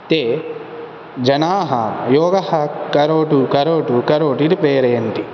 ते जनाः योगः करोतु करोतु करोतु इति प्रेरयन्ति